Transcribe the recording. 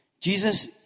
Jesus